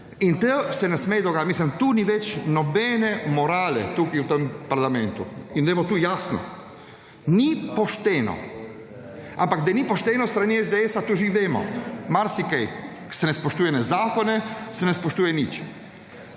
In to se ne sme dogajat… Mislim, tu ni več nobene morale tukaj v tem parlamentu. In naj bo to jasno. Ni pošteno. Ampak da ni pošteno s strani SDS to že vemo, marsikaj, ko se ne spoštuje ne zakone se ne spoštuje nič.